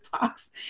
box